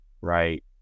right